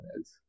else